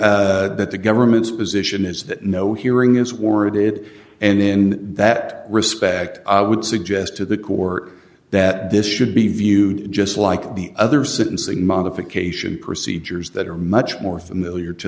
be that the government's position is that no hearing is warranted and in that respect i would suggest to the court that this should be viewed just like the other syncing modification procedures that are much more familiar to